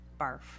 barf